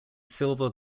silver